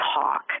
talk